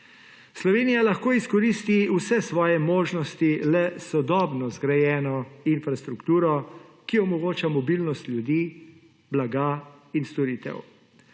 Slovenija lahko izkoristi vse svoje možnosti le s sodobno zgrajeno infrastrukturo, ki omogoča mobilnost ljudi, blaga in storitev.